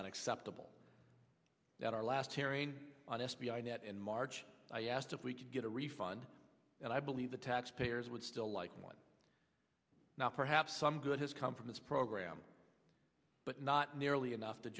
unacceptable that our last hearing on s b i net in march i asked if we could get a refund and i believe the taxpayers would still like one now perhaps some good has come from this program but not nearly enough to